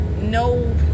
no